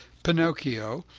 pinocchio,